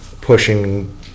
pushing